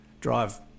drive